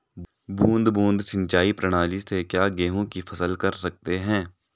बूंद बूंद सिंचाई प्रणाली से क्या गेहूँ की फसल कर सकते हैं?